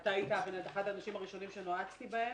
אתה היית אחד האנשים הראשונים שנועצתי בהם.